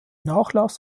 nachlass